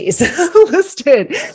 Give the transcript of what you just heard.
listed